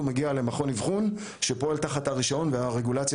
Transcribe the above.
הוא מגיע למכון אבחון שפועל תחת הרישיון והרגולציה